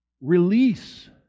release